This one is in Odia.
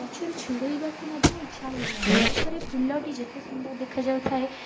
ଗଛରୁ ଛିଡ଼ାଇବାକୁ ମଧ୍ୟ ଇଚ୍ଛା ହୁଏ ନାହିଁ ଗଛରେ ଫୁଲଟି ଯେତେ ସୁନ୍ଦର ଦେଖାଯାଉଥାଏ